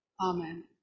Amen